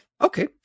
Okay